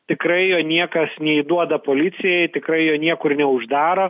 tikrai jo niekas neįduoda policijai tikrai jo niekur neuždaro